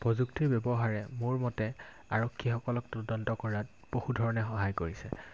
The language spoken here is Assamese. প্ৰযুক্তিৰ ব্যৱহাৰে মোৰ মতে আৰক্ষীসকলক তদন্ত কৰাত বহু ধৰণে সহায় কৰিছে